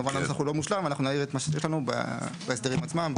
כמובן שהנוסח הוא לא מושלם ואנחנו נעיר את מה שיש לנו בהסדרים עצמם,